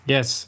Yes